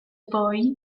poi